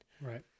right